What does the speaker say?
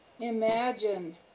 imagine